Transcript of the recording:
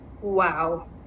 Wow